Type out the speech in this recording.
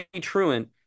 Truant